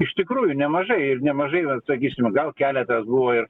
iš tikrųjų nemažai ir nemažai sakysim gal keletas buvo ir